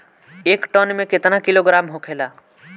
एक टन मे केतना किलोग्राम होखेला?